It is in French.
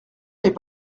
n’est